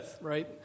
right